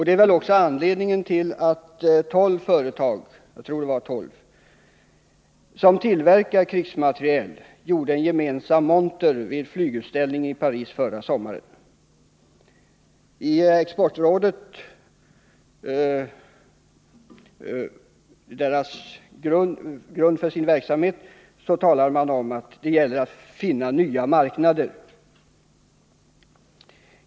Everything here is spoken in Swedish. Det är väl också anledningen till att tolv företag som tillverkar krigsmateriel — jag tror de var tolv — gjorde en gemensam monter vid flygutställningen i Paris förra sommaren. Grunden för exportrådets verksamhet är ju också att finna nya marknader.